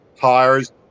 tires